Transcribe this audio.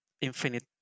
infinite